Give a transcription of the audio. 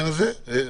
לך